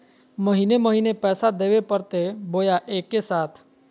महीने महीने पैसा देवे परते बोया एके साथ?